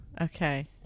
Okay